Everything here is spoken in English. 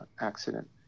accident